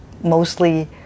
mostly